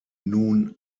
nun